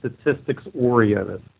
statistics-oriented